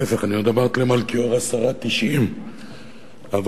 להיפך, אני עוד אמרתי למלכיאור 90:10. אבל